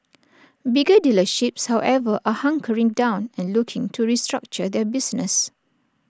bigger dealerships however are hunkering down and looking to restructure their business